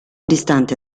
distante